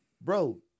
bro